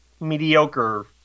mediocre